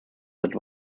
that